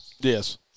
Yes